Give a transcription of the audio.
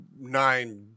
nine